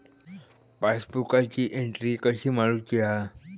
पासबुकाची एन्ट्री कशी मारुची हा?